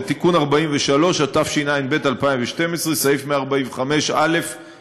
זה תיקון 43, התשע״ב 2012, סעיף 45א1(ב)